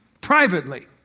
privately